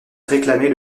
réclamer